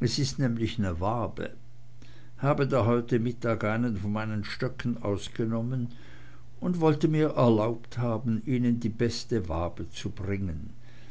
es ist nämlich ne wabe habe da heute mittag einen von meinen stöcken ausgenommen und wollte mir erlaubt haben ihnen die beste wabe zu bringen